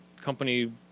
company